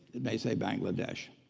it may say bangladesh.